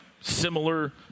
similar